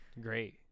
Great